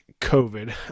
COVID